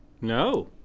No